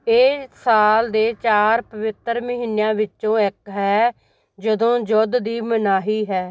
ਇਹ ਸਾਲ ਦੇ ਚਾਰ ਪਵਿੱਤਰ ਮਹੀਨਿਆਂ ਵਿੱਚੋਂ ਇੱਕ ਹੈ ਜਦੋਂ ਯੁੱਧ ਦੀ ਮਨਾਹੀ ਹੈ